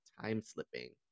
time-slipping